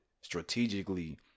strategically